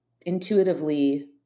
intuitively